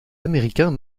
américains